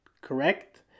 correct